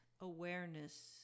awareness